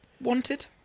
Wanted